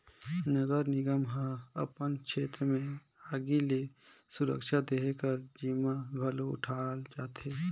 नगर निगम ह अपन छेत्र में आगी ले सुरक्छा देहे कर जिम्मा घलो उठाल जाथे